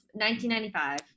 1995